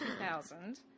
2000